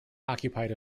occupied